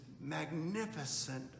magnificent